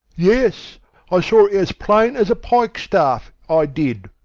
yes i saw it as plain as a pike-staff, i did.